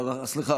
סליחה,